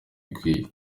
bikwiye